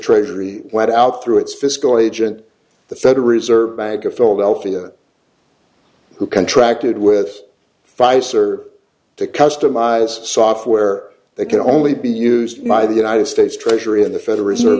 treasury went out through its fiscal agent the federal reserve bank of philadelphia who contracted with pfizer to customize software that can only be used by the united states treasury of the federal reserve